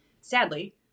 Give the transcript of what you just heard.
Sadly